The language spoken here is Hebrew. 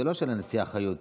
זה לא של הנשיאה חיות.